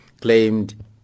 claimed